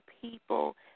people